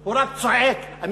הוא רק צועק, הגזמת.